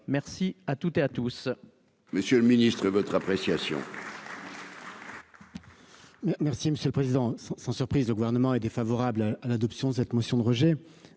merci à toutes et à tous.